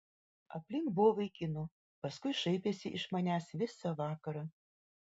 aplink buvo vaikinų paskui šaipėsi iš manęs visą vakarą